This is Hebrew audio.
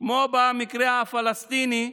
כמו במקרה הפלסטיני,